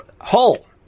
hole